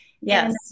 yes